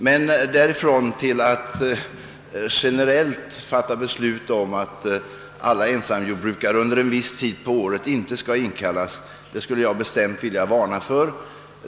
Men att generellt fatta beslut om att alla ensamjordbrukare under en viss tid på året inte skall inkallas vill jag bestämt varna mot.